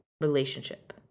relationship